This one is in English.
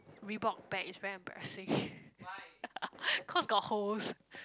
Reebok bag is very embarrassing cause got holes